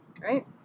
Right